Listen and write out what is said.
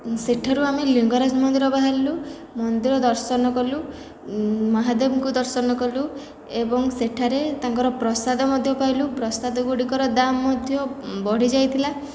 ସେଠାରୁ ଆମେ ଲିଙ୍ଗରାଜ ମନ୍ଦିର ବାହାରିଲୁ ମନ୍ଦିର ଦର୍ଶନ କଲୁ ମହାଦେବଙ୍କୁ ଦର୍ଶନ କଲୁ ଏବଂ ସେଠାରେ ତାଙ୍କର ପ୍ରସାଦ ମଧ୍ୟ ପାଇଲୁ ପ୍ରସାଦ ଗୁଡ଼ିକର ଦାମ ମଧ୍ୟ ବଢ଼ି ଯାଇଥିଲା